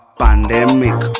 pandemic